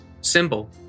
symbol